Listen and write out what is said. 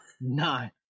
Nine